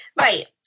right